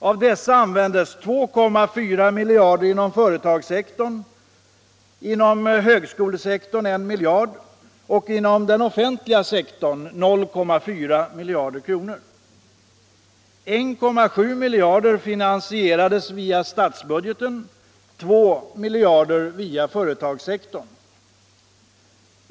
Av dessa användes inom företagssektorn 2,4 miljarder kronor, inom högskolesektorn 1 miljard kronor och inom den offentliga sektorn 0,4 miljarder kronor. 1.7 miljarder kronor finansierades via statsbudgeten och 2 miljarder kronor via företagssektorn.